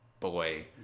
boy